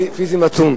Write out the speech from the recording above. הסביבה, נעשה תיקון